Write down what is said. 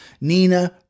Nina